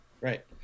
Right